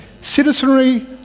citizenry